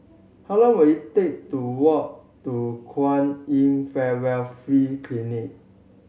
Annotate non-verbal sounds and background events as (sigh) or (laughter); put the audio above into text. how long will it take to walk to Kwan In (unintelligible) Free Clinic